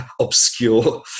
obscure